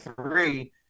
three